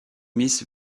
miss